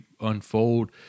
unfold